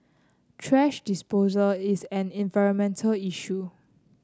thrash disposal is an environmental issue